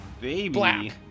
baby